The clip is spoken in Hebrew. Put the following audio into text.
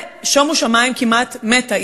ושומו שמים: כמעט מתה.